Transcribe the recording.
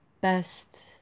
best